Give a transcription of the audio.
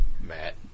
Matt